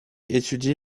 étudie